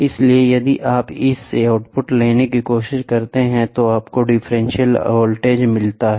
इसलिए यदि आप इससे आउटपुट लेने की कोशिश करते हैं तो आपको डिफरेंशियल वोल्टेज मिलता है